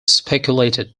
speculated